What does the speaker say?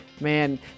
Man